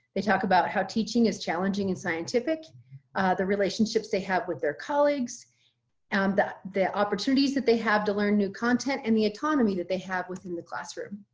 they talked about how teaching is challenging and scientific the relationships they have with their colleagues um and the opportunities that they have to learn new content and the autonomy that they have within the classroom.